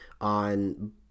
on